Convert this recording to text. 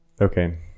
okay